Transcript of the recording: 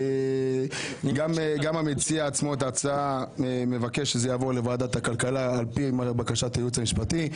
גם מציע ההצעה מבקש שזה יעבור לוועדת הכלכלה על פי בקשת הייעוץ המשפטי.